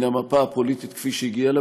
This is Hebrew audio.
מן המפה הפוליטית, כפי שהגיע לה.